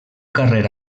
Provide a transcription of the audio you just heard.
carrer